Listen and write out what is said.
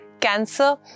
Cancer